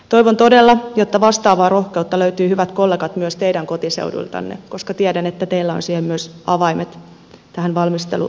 toivon todella että vastaavaa rohkeutta löytyy hyvät kollegat myös teidän kotiseuduiltanne koska tiedän että teillä on myös avaimet tähän valmisteluvaiheeseen